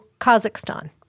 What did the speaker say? Kazakhstan